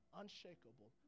unshakable